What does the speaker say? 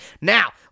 Now